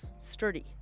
sturdy